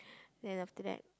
then after that